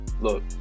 look